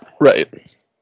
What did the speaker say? Right